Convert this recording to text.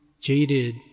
jaded